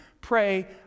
pray